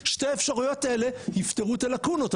שתי האפשרויות האלה יפתרו את הלקונות,